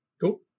Cool